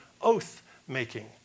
oath-making